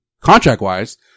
contract-wise